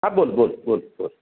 हा बोल बोल बोल बोल